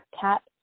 Cat